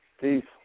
Peace